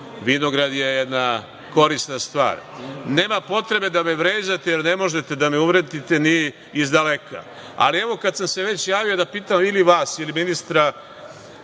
vinograd je jedna korisna stvar. Nema potrebe da me vređate, jer ne možete da me uvredite ni izdaleka. Kada sam se već javio, da pitam ili vas ili ministra